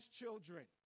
children